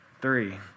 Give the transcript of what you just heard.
three